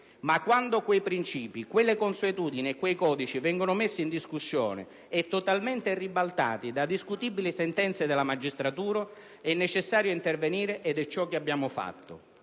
Ma quando quei principi, quelle consuetudini e quei codici vengono messi in discussione e totalmente ribaltati da discutibili sentenze della magistratura è necessario intervenire ed è ciò che abbiamo fatto.